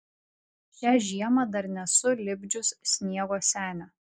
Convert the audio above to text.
šią žiemą dar nesu lipdžius sniego senio